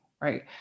right